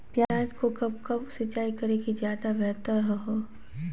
प्याज को कब कब सिंचाई करे कि ज्यादा व्यहतर हहो?